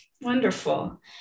wonderful